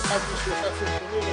זה אחד משלושה סרטונים,